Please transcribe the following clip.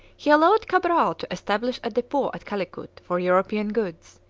he allowed cabral to establish a depot at calicut for european goods,